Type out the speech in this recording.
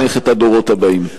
לחנך את הדורות הבאים.